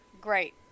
Great